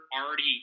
already